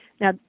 Now